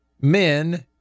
men